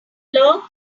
log